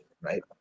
right